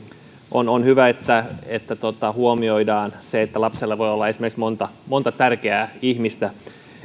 on on hyvä että että huomioidaan esimerkiksi se että lapsella voi olla monta monta tärkeää ihmistä